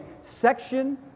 section